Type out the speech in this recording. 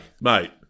mate